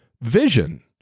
vision